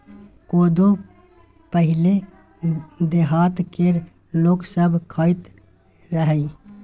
कोदो पहिले देहात केर लोक सब खाइत रहय